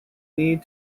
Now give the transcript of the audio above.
need